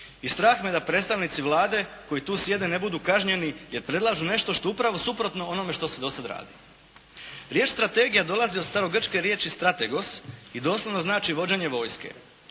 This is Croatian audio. i strah me je da predstavnici Vlade koji tu sjede ne budu kažnjeni jer predlažu nešto što je upravo suprotno onome što se do sada radi. Riječ strategija dolazi od starogrčke riječi "strategos" i doslovno znači vođenje vojske.